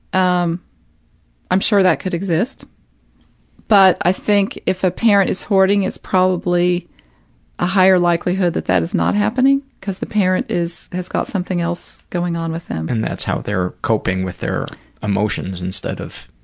um i'm sure that could exist but i think if a parent is hoarding it's probably a higher likelihood that that is not happening, because the parent is has got something else going on with them. and that's how they're coping with their emotions instead of